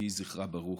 יהי זכרה ברוך.